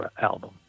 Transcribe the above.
album